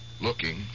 Looking